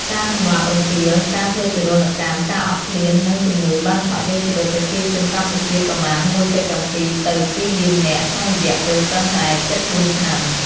ការសម្លាប់រង្គាល ការធ្វើទារុណកម្ម ការអត់ឃ្លាន និងជំងឺបានឆក់យកជីវិតប្រជាជនកម្ពុជាប្រមាណ ១.៧ ទៅ ២ លាននាក់ ក្នុងរយៈពេលត្រឹមតែជិត ៤ ឆ្នាំ។